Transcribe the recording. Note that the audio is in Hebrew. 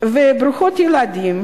וברוכות ילדים,